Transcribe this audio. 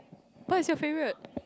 what is your favourite